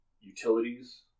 utilities